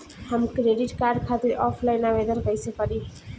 हम credit card खातिर offline आवेदन कइसे करि?